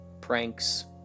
pranks